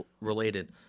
related